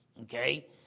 Okay